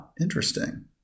Interesting